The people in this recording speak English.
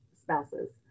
spouses